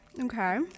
Okay